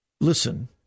Listen